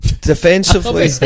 defensively